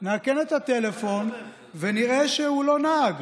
נאכן את הטלפון ונראה שהוא לא נהג.